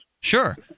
sure